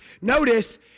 Notice